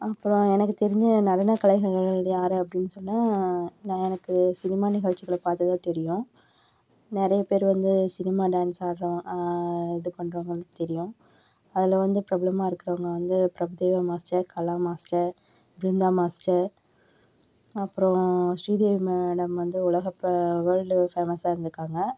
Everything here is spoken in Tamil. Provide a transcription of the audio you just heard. அப்புறம் எனக்கு தெரிஞ்ச நடனக்கலைஞர்கள் யார் அப்படின்னு சொன்னால் நான் எனக்கு சினிமா நிகழ்ச்சிகளை பார்த்துதான் தெரியும் நிறைய பேர் வந்து சினிமா டான்ஸ் ஆடுற இது பண்றவங்கள தெரியும் அதில் வந்து பிரபலமாக இருக்குறவங்க வந்து Prabhudeva master Kala master Brinda master அப்புறம் ஸ்ரீதேவி மேடம் வந்து உலக வேர்ல்டு ஃபேமஸாக இருந்திருக்காங்க